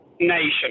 nation